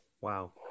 Wow